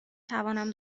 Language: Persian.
توانم